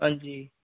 हां जी